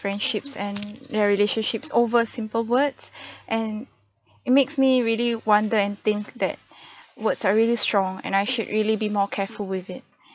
friendships and their relationships over simple words and it makes me really wonder and think that words are really strong and I should really be more careful with it